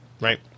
Right